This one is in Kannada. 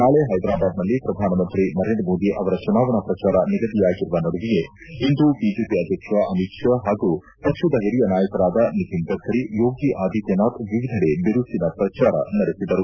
ನಾಳೆ ಹೈದರಾಬಾದ್ನಲ್ಲಿ ಪ್ರಧಾನಮಂತ್ರಿ ನರೇಂದ್ರ ಮೋದಿ ಅವರ ಚುನಾವಣಾ ಪ್ರಚಾರ ನಿಗದಿಯಾಗಿರುವ ನಡುವೆಯೇ ಇಂದು ಬಿಜೆಪಿ ಅಧ್ಯಕ್ಷ ಅಮಿತ್ ಶಾ ಹಾಗೂ ಪಕ್ಷದ ಹಿರಿಯ ನಾಯಕರಾದ ನಿತಿನ್ ಗಡ್ಡರಿ ಯೋಗಿ ಆದಿತ್ಯ ನಾಥ್ ವಿವಿಧೆಡೆ ಬಿರುಸಿನ ಪ್ರಚಾರ ನಡೆಸಿದರು